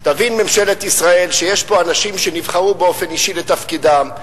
תבין ממשלת ישראל שיש פה אנשים שנבחרו באופן אישי לתפקידם,